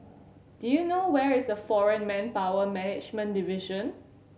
do you know where is the Foreign Manpower Management Division